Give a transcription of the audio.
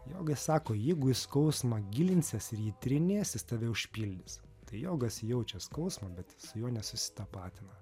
jogai sako jeigu į skausmą gilinsies ir jį tyrinėsi jis tave užpildys tai jogas jaučia skausmą bet jis su juo nesusitapatina